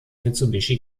mitsubishi